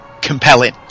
compelling